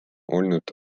olnud